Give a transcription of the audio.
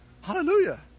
Hallelujah